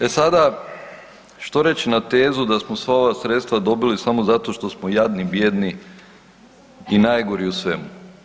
E sada, što reći na tezu da smo sva ova sredstva dobili samo zato što smo jadni, bijedni i najgori u svemu.